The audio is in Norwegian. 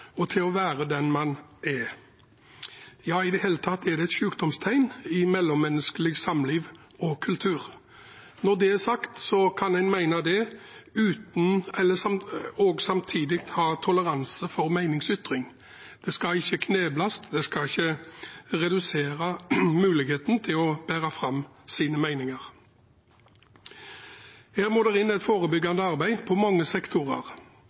og til å være den man er. Det er i det hele tatt et sykdomstegn i mellommenneskelig samliv og kultur. Når det er sagt, så kan en mene det og samtidig ha toleranse for meningsytring. Det skal ikke knebles, det skal ikke redusere muligheten til å bære fram sine meninger. Her må det inn et forebyggende arbeid på mange sektorer,